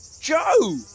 Joe